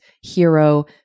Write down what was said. Hero